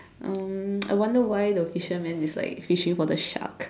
um I wonder why the fisherman is like fishing for the shark